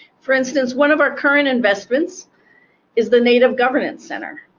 for instance, one of our current investments is the native governance center.